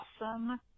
awesome